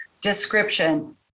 description